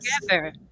together